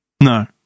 No